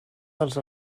dels